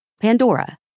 Pandora